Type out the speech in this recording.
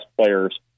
players